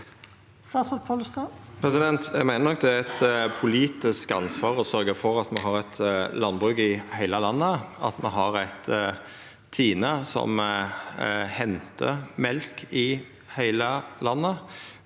Eg meiner nok det er eit politisk ansvar å sørgja for at me har eit landbruk i heile landet, at me har eit TINE som hentar mjølk i heile landet.